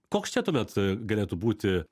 koks čia tuomet galėtų būti